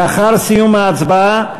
לאחר סיום ההצבעה,